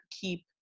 keep